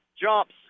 jumps